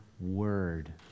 word